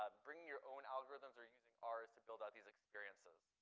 ah bringing your own algorithms or using ours to build out these experiences.